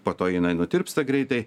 po to jinai nutirpsta greitai